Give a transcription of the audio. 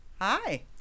Hi